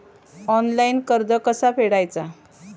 Online कर्ज कसा फेडायचा?